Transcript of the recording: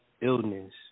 illness